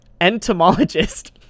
entomologist